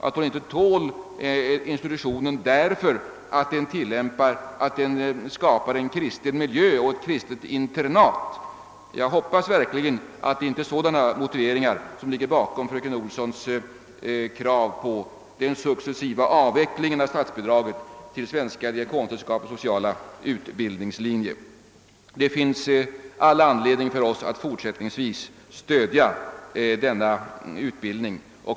Att hon inte tål institutionen därför att där finns en kristen miljö och ett kristet internat? Jag hoppas verkligen att det inte är sådana motiveringar som ligger bakom fröken Olssons krav på den successiva avvecklingen av statsbidraget till Svenska diakonsällskapets sociala utbildningslinje. Det är all anledning för oss att fortsättningsvis stödja denna utbildning.